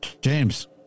James